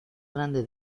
grande